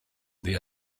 the